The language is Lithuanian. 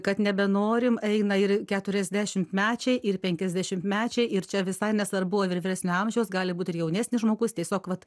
kad nebenorim eina ir keturiasdešimtmečiai ir penkiasdešimtmečiai ir čia visai nesvarbu ar ir vyresnio amžiaus gali būt ir jaunesnis žmogus tiesiog vat